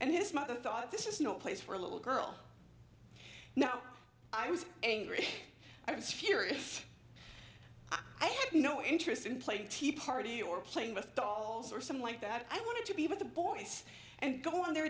and his mother thought this is no place for a little girl now i was angry i was furious i had no interest in playing tea party or playing with dolls or some like that i wanted to be with the boys and go on their